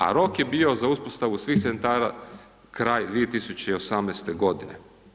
A rok je bio za uspostavu svih centara kraj 2018. godine.